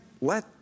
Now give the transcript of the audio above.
let